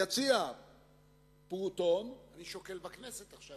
יציע פעוטון, אני שוקל בכנסת עכשיו.